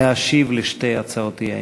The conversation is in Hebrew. להשיב על שתי הצעות האי-אמון.